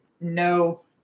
No